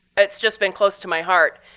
it's just been close to my heart.